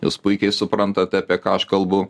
jūs puikiai suprantate apie ką aš kalbu